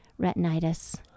retinitis